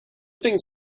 things